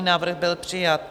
Návrh byl přijat.